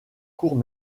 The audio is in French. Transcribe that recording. courts